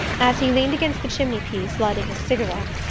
as he leaned against the chimney-piece, lighting his cigarette,